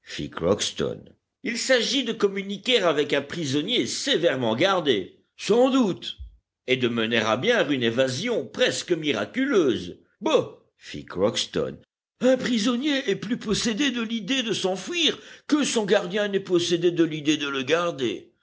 crockston il s'agit de communiquer avec un prisonnier sévèrement gardé sans doute t de mener à bien une évasion presque miraculeuse bah fit crockston un prisonnier est plus possédé de l'idée de s'enfuir que son gardien n'est possédé de l'idée de le garder